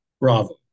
Bravo